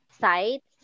sites